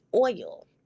oil